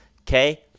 Okay